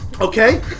Okay